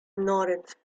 norec